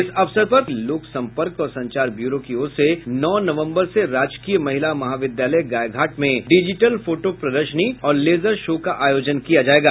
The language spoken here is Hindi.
इस अवसर पर लोक संपर्क और संचार ब्यूरो की ओर से नौ नवम्बर से गायघाट में डिजिटल फोटो प्रदर्शनी और लेजर शो का आयोजन किया जायेगा